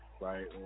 right